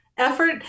Effort